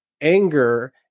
anger